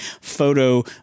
photo